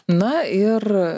na ir